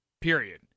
period